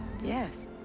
Yes